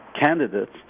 candidates